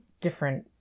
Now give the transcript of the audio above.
different